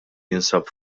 jinsab